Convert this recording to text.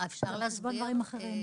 זה על חשבון דברים אחרים.